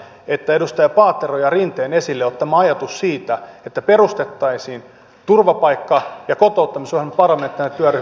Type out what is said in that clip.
edustaja paateron ja rinteen esille ottama ajatus siitä että perustettaisiin turvapaikka ja kotouttamisohjelman parlamentaarinen työryhmä